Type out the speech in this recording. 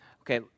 okay